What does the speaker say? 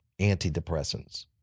antidepressants